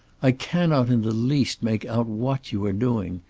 i cannot in the least make out what you are doing,